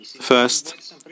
First